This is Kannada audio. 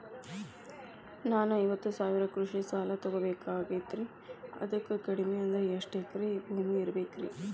ನಾನು ಐವತ್ತು ಸಾವಿರ ಕೃಷಿ ಸಾಲಾ ತೊಗೋಬೇಕಾಗೈತ್ರಿ ಅದಕ್ ಕಡಿಮಿ ಅಂದ್ರ ಎಷ್ಟ ಎಕರೆ ಭೂಮಿ ಇರಬೇಕ್ರಿ?